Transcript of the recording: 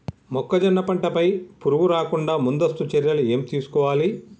మొక్కజొన్న పంట పై పురుగు రాకుండా ముందస్తు చర్యలు ఏం తీసుకోవాలి?